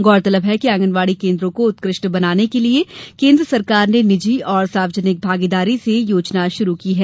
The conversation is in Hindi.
गौरतलब है कि आंगनवाड़ी केन्द्रों को उत्कृष्ट बनाने के लिये केन्द्र सरकार ने निजी और सार्वजनिक भागीदारी से यह योजना शुरू की है